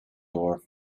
door